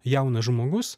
jaunas žmogus